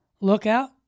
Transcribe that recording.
lookout